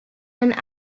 and